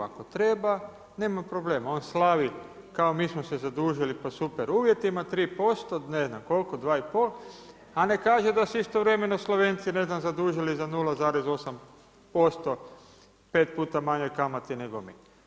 Ako treba, nema problema, on slavi kao mi smo se zadužili po super uvjetima, 3%, ne znam koliko, 2,5, a ne kaže da su istovremeno Slovenci ne znam, zadužili za 0,8%, 5 puta manje kamate nego vi.